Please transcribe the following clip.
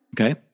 Okay